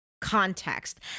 context